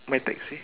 my taxi